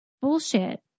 bullshit